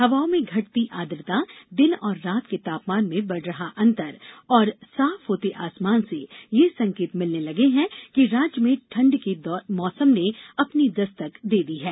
हवाओं में घटती आर्द्रता दिन और रात के तापमान में बढ़ रहा अंतर और साफ होते आसमान से ये संकेत मिलने लगे हैं कि राज्य में ठंड के मौसम ने अपनी दस्तक दे दी है